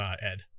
Ed